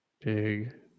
big